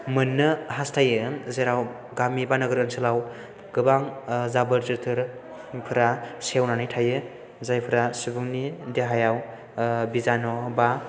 मोननो हास्थायो जेराव गामि एबा नोगोर ओनसोलाव गोबां जाबोर जोथोरफोरा सेवनानै थायो जायफोरा सुबुंनि देहायाव बिजानु एबा